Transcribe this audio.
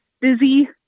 busy